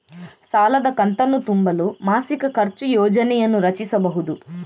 ಸಾಲದ ಕಂತನ್ನು ತುಂಬಲು ಮಾಸಿಕ ಖರ್ಚು ಯೋಜನೆಯನ್ನು ರಚಿಸಿಬಹುದು